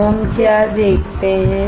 अब हम क्या देखते हैं